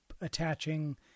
attaching